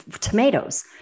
tomatoes